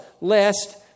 lest